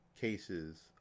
cases